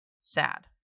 sad